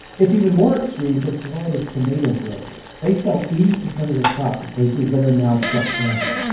it's even more extreme for florida's tomato growers. they sell eighty percent of their crop to places that are now shut down.